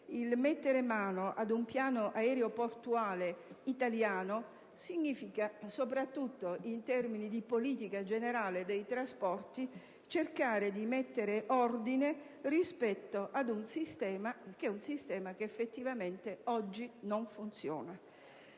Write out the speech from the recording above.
Il mettere mano ad un piano aeroportuale italiano significa, soprattutto in termini di politica generale dei trasporti, cercare di mettere ordine in un sistema che effettivamente oggi non funziona.